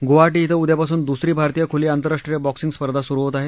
गुवाहाटी क्षे उदयापासून दुसरी भारतीय खुली आंतरराष्ट्रीय बॉक्सींग स्पर्धा सुरु होत आहे